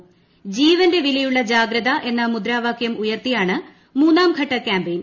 ജീവന്റെ വിലയുള്ള ജാഗ്രത എന്ന മുദാവാകൃം ഉയർത്തിയാണ് മൂന്നാംഘട്ട് കൃാമ്പയിൻ